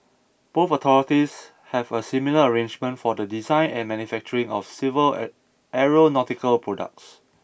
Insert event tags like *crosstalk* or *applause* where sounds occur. both authorities have a similar arrangement for the design and manufacturing of civil *unintelligible* aeronautical products